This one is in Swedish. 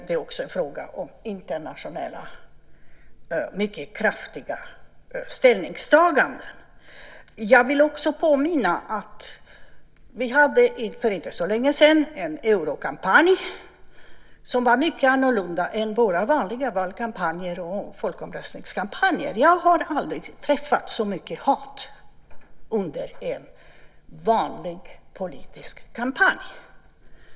Det är också fråga om internationella, mycket kraftiga ställningstaganden. Jag vill också påminna om att vi för inte så länge sedan hade en eurokampanj som var mycket annorlunda än våra vanliga valkampanjer och folkomröstningskampanjer. Jag har aldrig träffat på så mycket hat under en vanlig politisk kampanj.